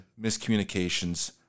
miscommunications